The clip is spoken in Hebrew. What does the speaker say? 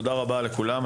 תודה רבה לכולם.